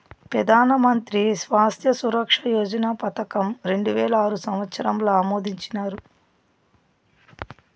పెదానమంత్రి స్వాస్త్య సురక్ష యోజన పదకం రెండువేల ఆరు సంవత్సరంల ఆమోదించినారు